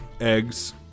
eggs